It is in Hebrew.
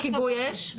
גם כיבוי אש?